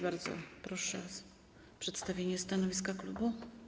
Bardzo proszę o przedstawienie stanowiska klubu.